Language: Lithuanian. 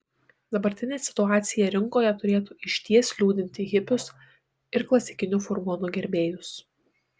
dabartinė situacija rinkoje turėtų išties liūdinti hipius ir klasikinių furgonų gerbėjus